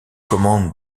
commande